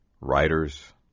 writers